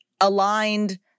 aligned